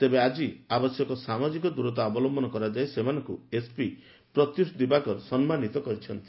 ତେବେ ଆଜି ଆବଶ୍ୟକ ସାମାଜିକ ଦିରତା ଅବଲମ୍ସନ କରାଯାଇ ସେମାନଙ୍କୁ ଏସ୍ପି ପ୍ରତ୍ୟୁଷ ଦିବାକର ସମ୍ମାନୀତ କରିଛନ୍ତି